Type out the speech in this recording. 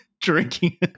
drinking